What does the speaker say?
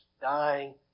dying